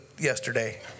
yesterday